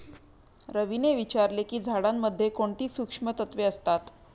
रवीने विचारले की झाडांमध्ये कोणती सूक्ष्म तत्वे असतात?